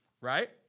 right